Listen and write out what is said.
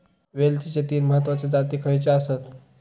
वेलचीचे तीन महत्वाचे जाती खयचे आसत?